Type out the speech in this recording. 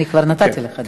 אני כבר נתתי לך.